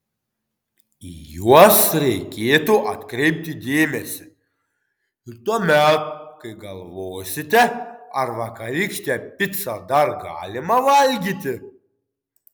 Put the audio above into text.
į juos reikėtų atkreipti dėmesį ir tuomet kai galvosite ar vakarykštę picą dar galima valgyti